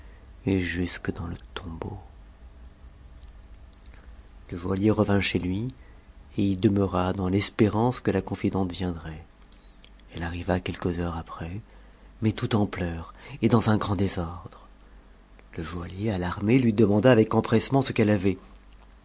et jusque dans le tombeau le jnaihicr revint chez lui et y demeura dans l'espérance que la onttdente viendrait elle arriva quelques heures après mais toute en pleurs et dans un grand désordre le joaillier alarmé lui demanda avec empres sement ce qu'elle avait